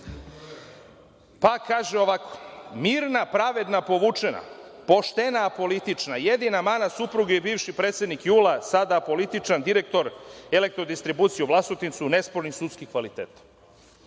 kaže ovako – mirna, pravedna, povučena, poštena, apolitična, jedina mana suprug joj je bivši predsednik JUL-a, sada političar, direktor Elektrodistribucije u Vlasotincu, nespornih sudskih kvaliteta.